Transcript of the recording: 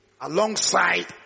alongside